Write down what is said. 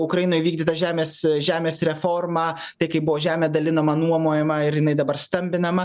ukrainoj vykdyta žemės žemės reforma tai kaip buvo žemė dalinama nuomojama ir jinai dabar stambinama